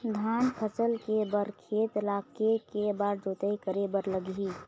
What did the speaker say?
धान फसल के बर खेत ला के के बार जोताई करे बर लगही?